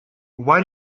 why